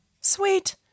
sweet